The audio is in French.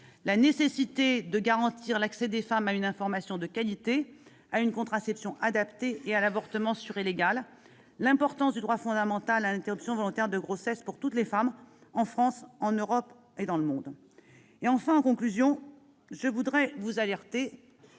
la nécessité de garantir l'accès des femmes à une information de qualité, à une contraception adaptée et à l'avortement sûr et légal »;« l'importance du droit fondamental à l'interruption volontaire de grossesse pour toutes les femmes en France, en Europe et dans le monde ». En conclusion, je veux vous alerter